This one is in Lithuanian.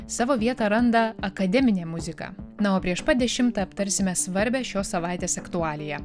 savo vietą randa akademinė muzika na o prieš pat dešimtą aptarsime svarbią šios savaitės aktualiją